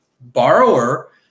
borrower